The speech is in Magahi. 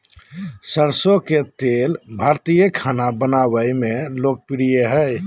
सरसो के तेल भारतीय खाना बनावय मे लोकप्रिय हइ